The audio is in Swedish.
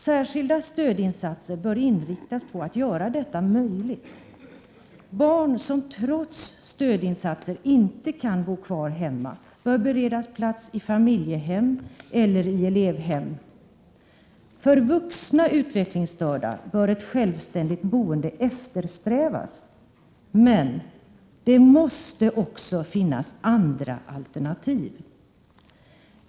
Särskilda stödinsatser bör inriktas på att göra detta möjligt. Barn som trots stödinsatser inte kan bo kvar hemma bör beredas plats i För vuxna utvecklingsstörda bör ett självständigt boende eftersträvas. Men det måste också finnas andra alternativ.